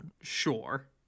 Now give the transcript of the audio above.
Sure